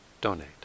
donate